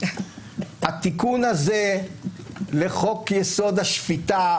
וזה הדבר הכי ראוי ומוערך שיכול